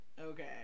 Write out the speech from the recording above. Okay